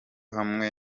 hamwe